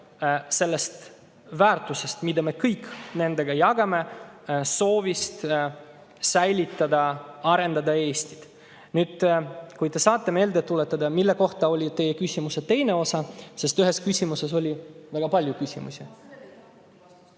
sellest väärtusest, mida me kõik nendega jagame, soovist säilitada ja arendada Eestit. Nüüd, kas te saate meelde tuletada? Mille kohta oli teie küsimuse teine osa, sest ühes küsimuses oli väga palju küsimusi.